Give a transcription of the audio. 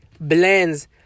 blends